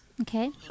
Okay